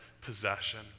possession